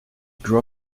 grew